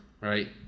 right